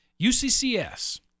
UCCS